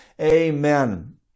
Amen